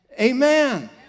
amen